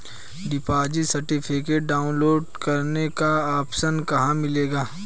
Deposit certificate download करने का option कहां मिलेगा?